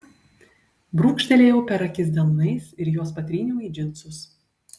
brūkštelėjau per akis delnais ir juos patryniau į džinsus